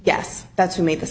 ss that's who made the